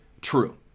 true